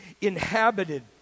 inhabited